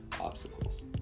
obstacles